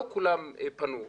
לא כולם פנו.